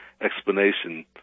explanation